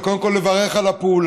וקודם כול לברך על הפעולה